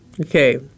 okay